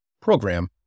program